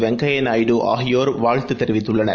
வெங்கப்யாநாயுடு ஆகியோர் வாழ்த்துதெரிவித்துள்ளனர்